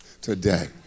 today